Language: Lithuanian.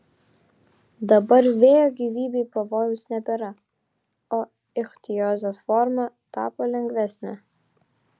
dabar vėjo gyvybei pavojaus nebėra o ichtiozės forma tapo lengvesnė